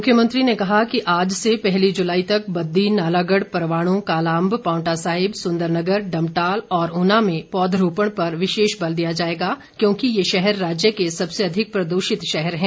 मुख्यमंत्री ने कहा कि आज से पहली जुलाई तक बद्दी नालागढ़ परवाणु कालाअम्ब पांवटा साहिब सुंदर नगर डम्टाल और ऊना में पौधरोपण पर विशेष बल दिया जाएगा क्योंकि ये शहर राज्य के सबसे अधिक प्रदूषित शहर हैं